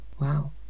wow